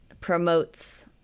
promotes